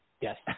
Yes